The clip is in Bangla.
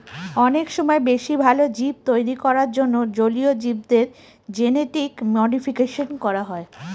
অনেক সময় বেশি ভালো জীব তৈরী করার জন্য জলীয় জীবদের জেনেটিক মডিফিকেশন করা হয়